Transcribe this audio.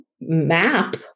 map